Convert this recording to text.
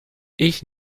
ich